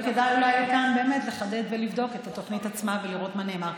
וכדאי אולי כאן באמת לחדד ולבדוק את התוכנית עצמה ולראות מה נאמר.